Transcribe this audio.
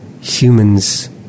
humans